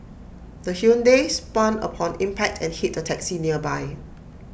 the Hyundai spun upon impact and hit A taxi nearby